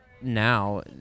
now